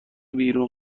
بیرون